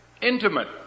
intimate